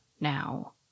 now